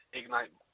Ignite